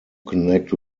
connect